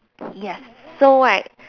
yes so right